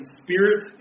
spirit